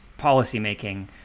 policymaking